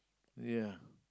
ya